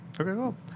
Okay